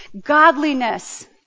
godliness